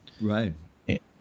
Right